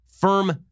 firm